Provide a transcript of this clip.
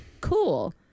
Cool